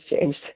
changed